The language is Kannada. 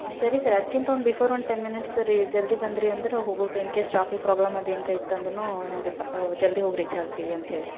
ಹಾಂ ಸರಿ ಸರ್ ಅದ್ಕಿಂತ one before one ten minutes ರೀ ಜಲ್ದಿ ಬಂದ್ರಿ ಅಂದ್ರೆ ಹೋಗೋಕ್ಕೆ ಇನ್ಕೇಸ್ ಟ್ರಾಫಿಕ್ ಪ್ರಾಬ್ಲಮ್ ಅದು ಏನ್ರ ಇತ್ತಂದರೂ ರಿಪ್ಪ ಜಲ್ದಿ ಹೋಗಿ ರೀಚ್ ಆಗ್ತೀವಿ ಅಂತ ಹೇಳ್ರಿ